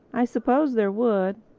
i suppose there would.